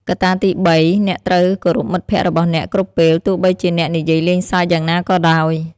កត្តាទីបីគឺអ្នកត្រូវគោរពមិត្តភក្តិរបស់អ្នកគ្រប់ពេលទោះបីជាអ្នកនិយាយលេងសើចយ៉ាងណាក៏ដោយ។